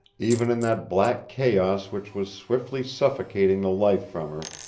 even in that black chaos which was swiftly suffocating the life from her,